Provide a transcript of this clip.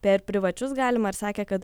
per privačius galima ir sakė kad